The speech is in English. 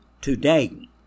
today